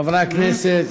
חברי הכנסת,